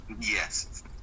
Yes